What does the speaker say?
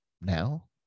Now